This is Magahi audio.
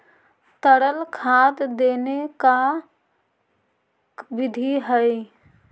तरल खाद देने के का बिधि है?